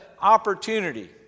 opportunity